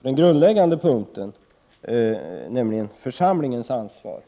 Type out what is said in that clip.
Den grundläggande punkten, församlingens ansvar,